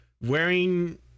wearing